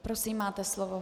Prosím, máte slovo.